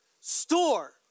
Store